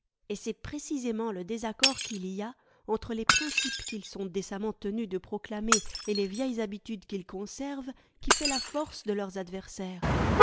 et c'est précisément le désaccord qu'il y a entre les principes qu'ils sont décemment tenus de proclamer et les vieilles habitudes qu'ils conservent qui fait la force de leurs adversaires